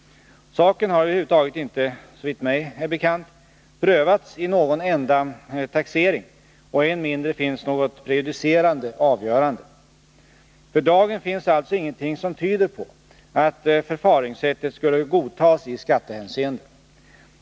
Saken har över huvud taget inte, såvitt mig är bekant, prövats i någon enda taxering och än mindre finns något prejudicerande avgörande. För dagen finns alltså ingenting som tyder på att förfaringssättet skulle godtas i skattehänseende.